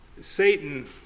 Satan